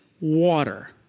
water